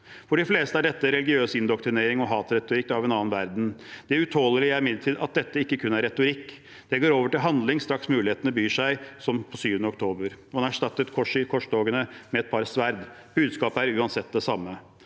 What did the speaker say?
For de fleste er dette religiøs indoktrinering og hatretorikk av en annen verden. Det utålelige er imidlertid at dette ikke kun er retorikk. Det går over til handling straks mulighetene byr seg, som 7. oktober. Man erstattet korstogene med et par sverd. Budskapet er uansett det samme.